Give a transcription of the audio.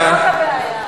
זאת הבעיה.